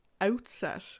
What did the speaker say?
outset